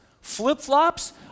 flip-flops